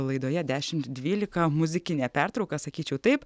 laidoje dešimt dvylika muzikinė pertrauka sakyčiau taip